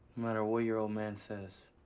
matter what your old man says.